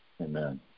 Amen